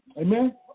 Amen